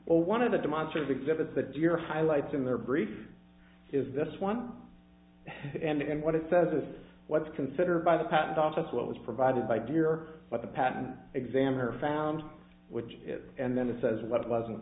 all one of the demonstrative exhibits that your highlights in their brief is this one and what it says is what's considered by the patent office what was provided by dear but the patent examiner found which and then it says what wasn't